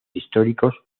históricos